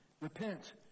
Repent